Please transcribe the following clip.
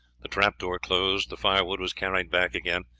the trap-door closed, the firewood was carried back again,